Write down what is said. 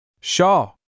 Shaw